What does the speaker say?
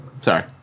sorry